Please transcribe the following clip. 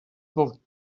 portent